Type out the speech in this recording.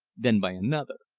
then by another.